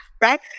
Right